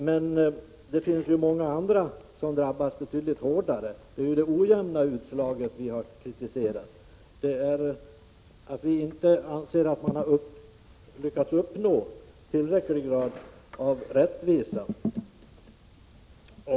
Men det finns många andra som drabbas hårt. Det är det ojämna utfallet som vi kritiserat. Vi anser att man inte lyckats uppnå en tillräckligt hög grad av rättvisa.